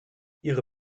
ihre